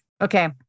Okay